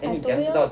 I told you